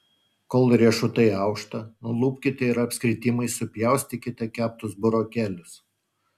kol riešutai aušta nulupkite ir apskritimais supjaustykite keptus burokėlius